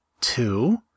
two